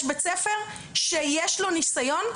יש בית ספר שיש לו ניסיון,